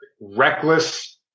reckless